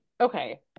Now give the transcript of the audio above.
okay